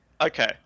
Okay